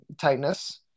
tightness